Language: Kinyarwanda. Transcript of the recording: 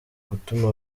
gutuma